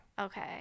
Okay